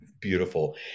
beautiful